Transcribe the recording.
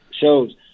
shows